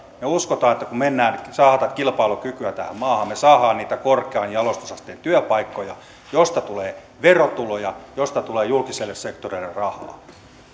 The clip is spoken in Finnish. me uskomme että kun saadaan kilpailukykyä tähän maahan me saamme niitä korkean jalostusasteen työpaikkoja joista tulee verotuloja joista tulee julkiselle sektorille rahaa